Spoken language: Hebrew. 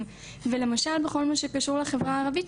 ולמשל בכל מה שקשור לחברה הערבית,